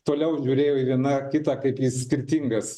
toliau žiūrėjo į viena kitą kaip į skirtingas